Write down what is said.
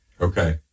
Okay